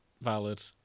Valid